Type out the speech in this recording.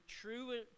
true